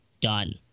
done